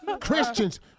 Christians